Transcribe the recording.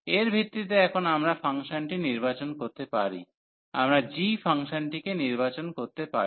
এর ভিত্তিতে এখন আমরা ফাংশনটি নির্বাচন করতে পারি আমরা g ফাংশনটিকে নির্বাচন করতে পারি